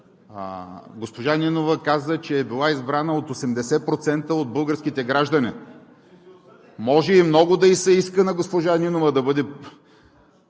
Госпожа Нинова каза, че е била избрана от 80% от българските граждани. Може много да ѝ се иска на госпожа Нинова да бъде